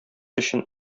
өчен